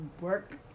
work